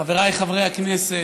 חבריי חברי הכנסת,